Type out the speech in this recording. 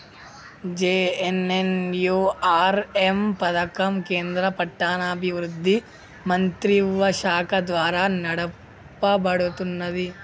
JNNURM పథకం కేంద్ర పట్టణాభివృద్ధి మంత్రిత్వశాఖ ద్వారా నడపబడుతున్నది